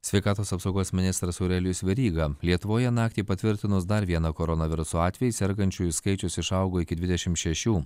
sveikatos apsaugos ministras aurelijus veryga lietuvoje naktį patvirtinus dar vieną koronaviruso atvejį sergančiųjų skaičius išaugo iki dvidešim šešių